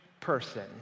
person